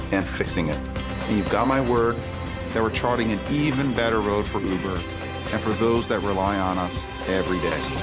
and fixing it. and you've got my word that we're charting an even better road for uber and for those that rely on us every day.